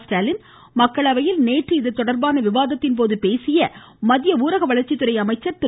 ஸ்டாலின் மக்களவையில் நேற்று இதுதொடர்பான விவாதத்தின்போது பேசிய மத்திய ஊரக வளர்ச்சித்துறை அமைச்சர் திரு